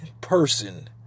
person